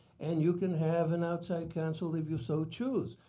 and you can have an outside counsel if you so choose.